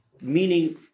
meaning